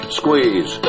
squeeze